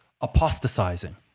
apostatizing